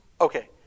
Okay